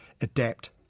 adapt